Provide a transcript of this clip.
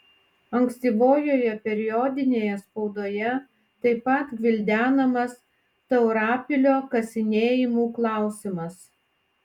ankstyvojoje periodinėje spaudoje taip pat gvildenamas taurapilio kasinėjimų klausimas